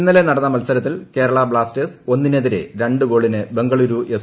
ഇന്നലെ നടന്ന മത്സരത്തിൽ കേരള ക്ലാസ്റ്റേഴ്സ് ഒന്നിനെതിരെ രണ്ട് ഗോളിന് ബംഗ്ളുരു എഫ്